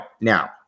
Now